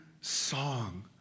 song